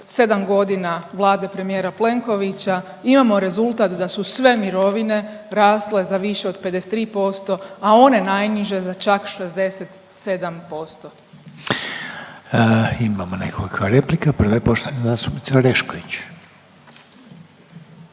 7.g. Vlade premijera Plenkovića imamo rezultat da su sve mirovine rasle za više od 53%, a one najniže za čak 67%. **Reiner, Željko (HDZ)** Imamo nekoliko replika, prva je poštovane zastupnice Orešković.